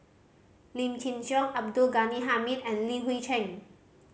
Lim Chin Siong Abdul Ghani Hamid and Li Hui Cheng